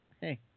hey